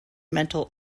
mental